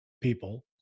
people